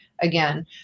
again